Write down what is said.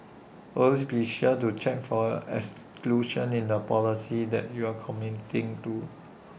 always be sure to check for exclusions in the policy that you are committing to